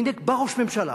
והנה בא ראש הממשלה,